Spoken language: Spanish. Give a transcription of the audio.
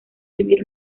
vivir